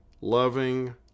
loving